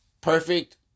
Perfect